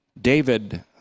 David